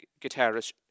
guitarist